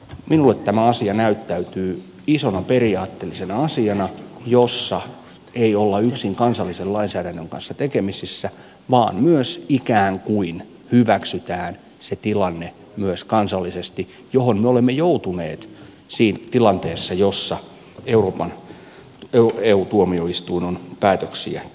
minulle tämä asia näyttäytyy isona periaatteellisena asiana jossa ei olla yksin kansallisen lainsäädännön kanssa tekemisissä vaan myös ikään kuin hyväksytään myös kansallisesti se tilanne johon me olemme joutuneet tilanteessa jossa euroopan eu tuomioistuin on päätöksiä tehnyt